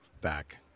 back